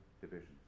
divisions